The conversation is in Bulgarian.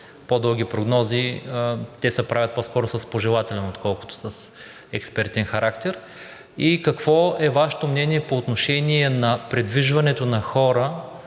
по-дълги прогнози се правят по-скоро с пожелателен, отколкото с експертен характер; какво е Вашето мнение по отношение на придвижването на хора,